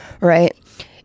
right